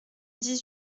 dix